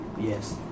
Yes